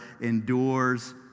endures